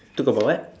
talk about what